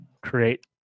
create